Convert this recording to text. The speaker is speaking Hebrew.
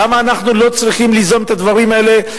למה אנחנו לא צריכים ליזום את הדברים האלה,